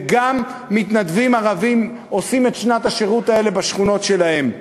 וגם מתנדבים ערבים עושים את שנת השירות הזאת בשכונות שלהם.